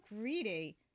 greedy